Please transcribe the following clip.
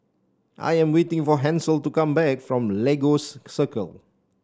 I am waiting for Hansel to come back from Lagos Circle